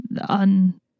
un